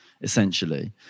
essentially